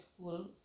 school